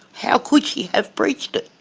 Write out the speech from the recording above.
how could she have breached it?